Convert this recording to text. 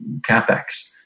capex